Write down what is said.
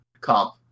comp